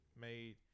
made